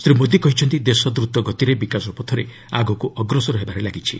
ଶ୍ରୀ ମୋଦି କହିଛନ୍ତି ଦେଶ ଦ୍ରତ ଗତିରେ ବିକାଶ ପଥରେ ଆଗକୁ ଅଗ୍ରସର ହେବାରେ ଲାଗିଛି